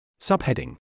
Subheading